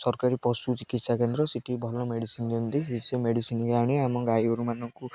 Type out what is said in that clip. ସରକାରୀ ପଶୁ ଚିକିତ୍ସା କେନ୍ଦ୍ର ସେଠି ଭଲ ମେଡ଼ିସିନ୍ ଦିଅନ୍ତି ସେ ମେଡ଼ିସିନ୍କୁ ଆଣି ଆମ ଗାଈଗୋରୁମାନଙ୍କୁ